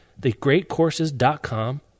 thegreatcourses.com